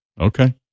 Okay